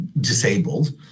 disabled